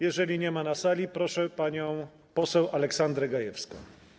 Jeżeli nie ma go na sali, proszę panią poseł Aleksandrę Gajewską.